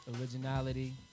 Originality